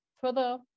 further